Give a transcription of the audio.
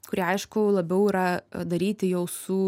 kurie aišku labiau yra padaryti jau su